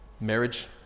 marriage